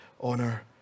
honor